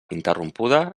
interrompuda